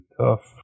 tough